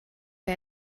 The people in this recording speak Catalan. que